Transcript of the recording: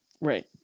right